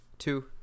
Two